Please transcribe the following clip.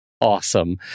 awesome